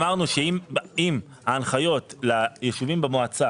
אמרנו שאם ההנחיות ליישובים במועצה